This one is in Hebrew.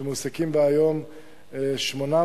ומועסקים בה היום 800,